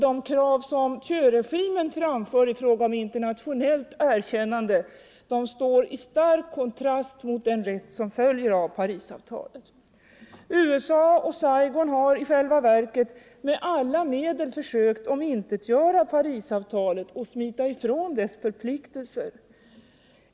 De krav som Thieuregimen framför i fråga om internationellt erkännande står i stark kontrast mot den rätt som följer av Parisavtalet. USA och Saigon har i själva verket med alla medel försökt omintetgöra Parisavtalet och smita ifrån dess förpliktelser.